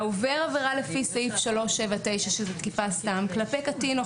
"העובר עבירה לפי סעיף 379 - שזאת תקיפה סתם - כלפי קטין או